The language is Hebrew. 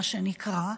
מה שנקרא,